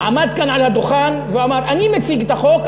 עמד כאן על הדוכן ואמר: אני מציג את החוק,